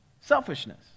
selfishness